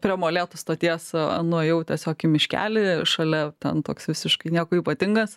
prie molėtų stoties nuėjau tiesiog miškelį šalia ten toks visiškai niekuo ypatingas